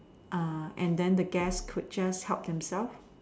err and then the guest could just help themselves